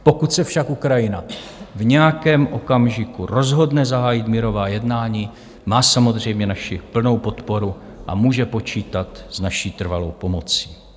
Pokud se však Ukrajina v nějakém okamžiku rozhodne zahájit mírová jednání, má samozřejmě naši plnou podporu a může počítat s naší trvalou pomocí.